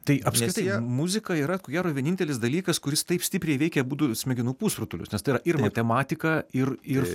tai apskritai muzika yra ko gero vienintelis dalykas kuris taip stipriai veikia abudu smegenų pusrutulius nes tai yra ir matematika ir ir